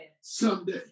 someday